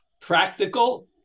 practical